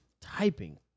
typing